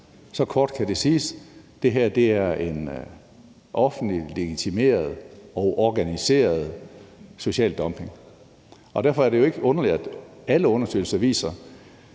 Så kort kan det siges. Det her er en offentligt legitimeret og organiseret social dumping. Derfor er det jo ikke underligt, at alle undersøgelser viser,